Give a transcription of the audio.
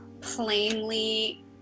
plainly